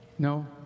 No